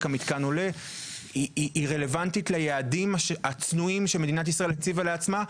המתקן עולה רלוונטית ליעדים הצנועים שמדינת ישראל הציבה לעצמה,